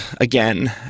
again